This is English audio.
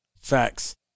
Facts